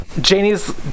Janie's